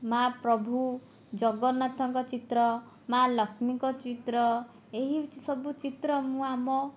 ମା ପ୍ରଭୁ ଜଗନ୍ନାଥଙ୍କ ଚିତ୍ର ମା ଲକ୍ଷ୍ମୀଙ୍କ ଚିତ୍ର ଏହି ସବୁ ଚିତ୍ର ମୁଁ ଆମ